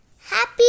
Happy